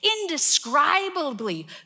indescribably